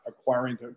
acquiring